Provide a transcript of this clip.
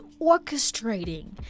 orchestrating